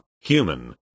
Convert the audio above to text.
human